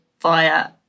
via